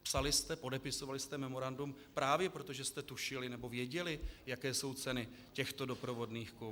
Psali jste, podepisovali jste memorandum právě proto, že jste tušili, nebo věděli, jaké jsou ceny těchto doprovodných kovů?